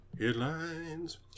headlines